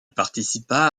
participa